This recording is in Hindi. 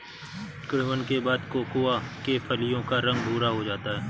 किण्वन के बाद कोकोआ के फलियों का रंग भुरा हो जाता है